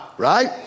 right